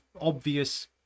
obvious